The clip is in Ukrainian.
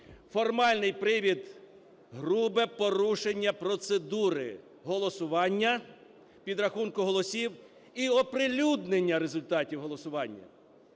Формальний привід – грубе порушення процедури голосування, підрахунку голосів і оприлюднення результатів голосування.